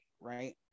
Right